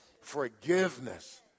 Forgiveness